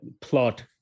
plot